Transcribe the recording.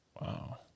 Wow